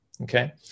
Okay